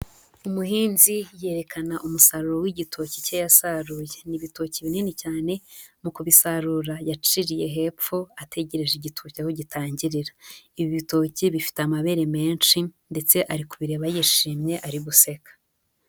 Umuhinzi yerekana umusaruro w'igitoki cye yasaruye, ni ibitoki binini cyane mu kubisarura yaciriye hepfo ategereje igitoki aho gitangirira, ibi bitoki bifite amabere menshi ndetse ari kubireba yishimye ari guseka.